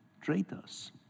traitors